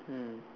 hmm